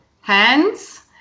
hands